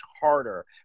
harder